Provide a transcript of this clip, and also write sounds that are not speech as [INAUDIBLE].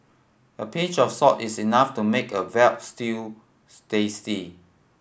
a pinch of salt is enough to make a veal stew [UNINTELLIGIBLE] tasty